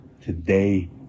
Today